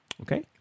Okay